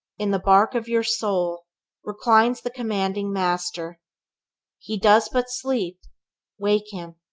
in the bark of your soul reclines the commanding master he does but sleep wake him.